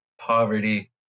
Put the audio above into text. poverty